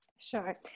Sure